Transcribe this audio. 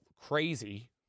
crazy